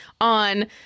on